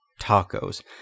tacos